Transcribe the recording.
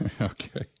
Okay